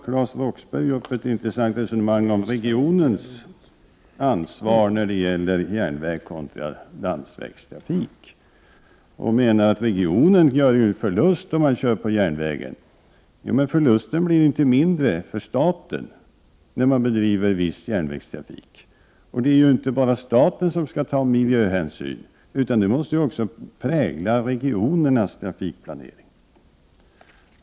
Claes Roxbergh tog upp ett intressant resonemang om regionens ansvar i frågan om järnvägstrafik kontra landsvägstrafik. Han menade att regionen gör en förlust om det byggs en järnväg. Men förlusten blir ju inte mindre för staten om man bedriver viss järnvägstrafik! Det är ju inte bara staten som skall ta miljöhänsyn. Miljöhänsynen måste också prägla regionernas trafikplanering.